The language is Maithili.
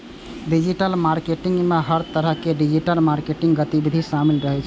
डिजिटल मार्केटिंग मे हर तरहक डिजिटल मार्केटिंग गतिविधि शामिल रहै छै